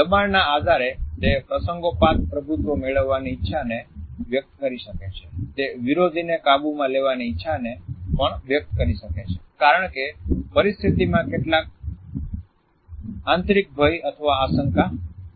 દબાણના આધારે તે પ્રસંગોપાત પ્રભુત્વ મેળવવાની ઇચ્છાને વ્યક્ત કરી શકે છે તે વિરોધીને કાબુમાં લેવાની ઇચ્છાને પણ વ્યક્ત કરી શકે છે કારણ કે પરિસ્થિતિમાં કેટલાક આંતરિક ભય અથવા આશંકા હોય છે